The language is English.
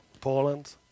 Poland